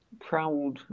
proud